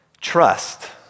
Trust